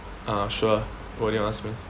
uh sure what do you want to ask me